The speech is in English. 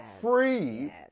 free